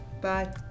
Bye